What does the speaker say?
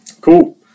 Cool